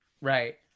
right